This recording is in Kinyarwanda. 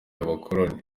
abakoloni